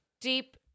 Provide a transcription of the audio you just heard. Deep